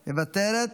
מוותרת,